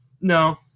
No